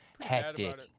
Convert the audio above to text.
hectic